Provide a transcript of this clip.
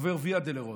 הוא עובר ויה דולורוזה.